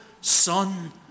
Son